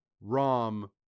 Rom